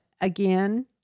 again